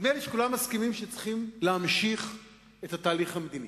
נדמה לי שכולם מסכימים שצריך להמשיך את התהליך המדיני,